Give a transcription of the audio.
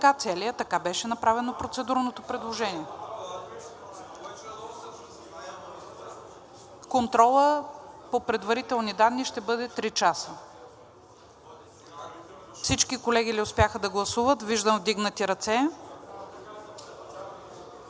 така, целия, така беше направено процедурното предложение. (Шум и реплики.) Контролът по предварителни данни ще бъде 3 часа. Всички колеги ли успяха да гласуват? Виждам вдигнати ръце.